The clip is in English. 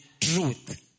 truth